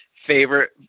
favorite